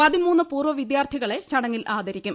പതിമൂന്ന് പൂർവ്വ വിദ്യാർഥികളെ ചടങ്ങിൽ ആദരിക്കും